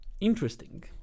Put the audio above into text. interesting